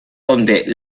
donde